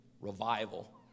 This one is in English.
revival